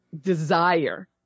desire